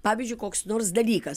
pavyzdžiui koks nors dalykas